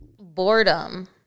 boredom